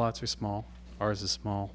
lots are small ours is small